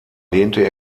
lehnte